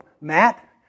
Matt